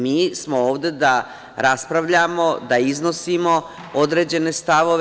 Mi smo ovde da raspravljamo, da iznosimo određene stavove.